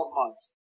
months